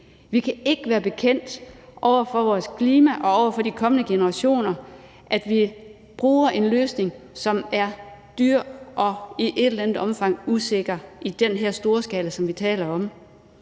Vi kan ikke være bekendt over for vores klima og over for de kommende generationer, at vi bruger en løsning, som er dyr og i et eller andet omfang usikker i den her storskala, som vi taler om.